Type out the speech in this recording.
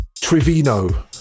Trivino